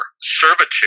servitude